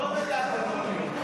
לא נתתם לו להיות.